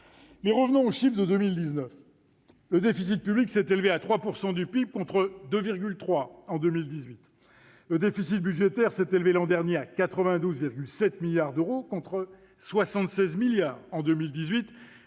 Mais revenons aux chiffres de 2019. Le déficit public s'est élevé à 3 % du PIB contre 2,3 % en 2018. Le déficit budgétaire s'est élevé l'an dernier à 92,7 milliards d'euros, contre 76 milliards en 2018.